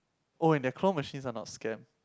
oh and their claw machines are not scam